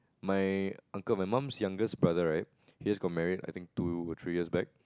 my uncle my mom's youngest brother right he's got married I think two over three years back